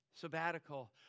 sabbatical